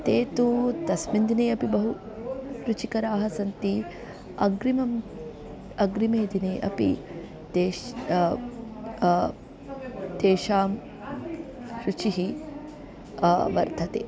तानि तु तस्मिन् दिने अपि बहु रुचिकराणि सन्ति अग्रिमे अग्रिमे दिने अपि तेषां तेषां रुचिः वर्धते